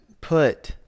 put